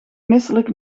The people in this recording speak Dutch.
misselijk